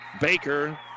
Baker